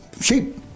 sheep